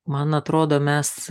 man atrodo mes